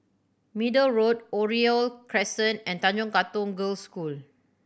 Middle Road Oriole Crescent and Tanjong Katong Girls' School